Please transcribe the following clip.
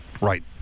Right